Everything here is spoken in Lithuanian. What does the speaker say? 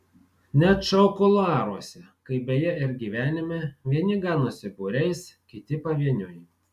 net šou kuluaruose kaip beje ir gyvenime vieni ganosi būriais kiti pavieniui